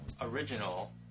original